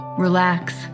relax